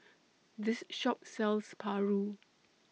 This Shop sells Paru